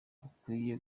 hakwiye